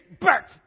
back